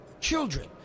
children